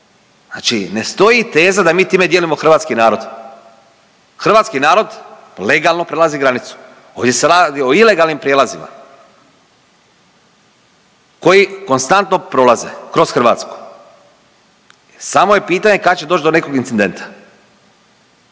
Znači, ne stoji teza da mi time dijelimo hrvatski narod. Hrvatski narod legalno prelazi granicu. Ovdje se radi o ilegalnim prijelazima koji konstantno prolaze kroz Hrvatsku. Samo je pitanje kad će doći do nekog incidenta.